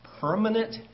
permanent